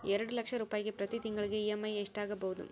ಎರಡು ಲಕ್ಷ ರೂಪಾಯಿಗೆ ಪ್ರತಿ ತಿಂಗಳಿಗೆ ಇ.ಎಮ್.ಐ ಎಷ್ಟಾಗಬಹುದು?